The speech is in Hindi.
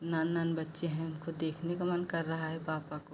नान नान बच्चे हैं उनको देखने का मन कर रहा है पापा का